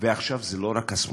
ועכשיו זה לא רק השמאלנים,